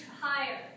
higher